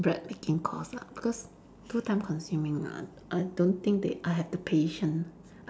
bread making course lah because too time consuming ah I don't think they I have the patience